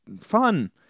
fun